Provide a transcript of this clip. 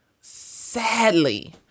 sadly